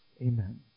Amen